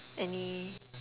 any